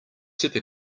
super